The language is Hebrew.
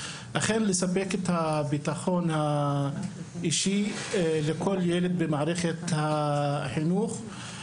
אכן לספק את הביטחון האישי לכל ילד במערכת החינוך.